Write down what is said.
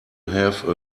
have